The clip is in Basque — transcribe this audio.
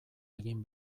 egin